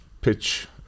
pitch